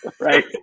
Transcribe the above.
Right